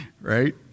right